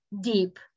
deep